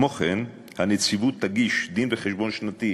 כמו כן, הנציבות תגיש דין-וחשבון שנתי